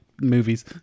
movies